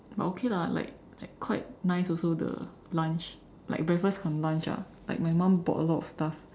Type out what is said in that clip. but okay lah like like quite nice also the lunch like breakfast cum lunch lah like my mum bought a lot of stuff